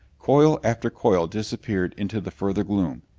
coil after coil disappeared into the further gloom.